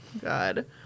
God